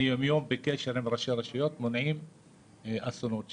ואני יום יום בקשר עם ראשי הרשויות מונעים אסונות שם.